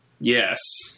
Yes